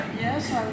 Yes